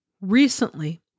Recently